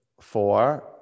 four